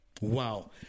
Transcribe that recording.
Wow